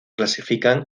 clasifican